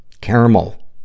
caramel